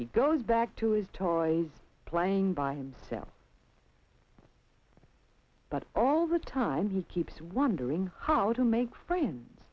he goes back to his tories playing by himself but all the time he keeps one during how to make friends